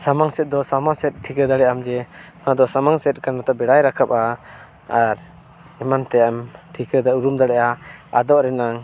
ᱥᱟᱢᱟᱝ ᱥᱮᱫ ᱫᱚ ᱥᱟᱢᱟᱝ ᱥᱮᱫ ᱴᱷᱤᱠᱟᱹ ᱫᱟᱲᱮᱭᱟᱜᱼᱟ ᱡᱮ ᱚᱱᱟ ᱫᱚ ᱥᱟᱢᱟᱝ ᱥᱮᱫ ᱠᱟᱱᱟ ᱱᱚᱛᱮ ᱵᱮᱲᱟᱭ ᱨᱟᱠᱟᱵᱟ ᱟᱨ ᱮᱢᱟᱱ ᱛᱮᱭᱟᱜ ᱮᱢ ᱴᱷᱤᱠᱟᱹ ᱩᱨᱩᱢ ᱫᱟᱲᱮᱭᱟᱜᱼᱟ ᱟᱫᱚᱜ ᱨᱮᱱᱟᱜ